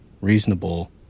reasonable